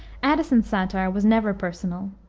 addison's satire was never personal.